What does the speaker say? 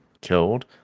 killed